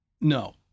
No